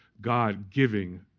God-giving